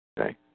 Okay